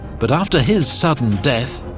but after his sudden death,